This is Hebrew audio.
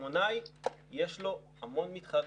לקמעונאי יש המון מתחרים.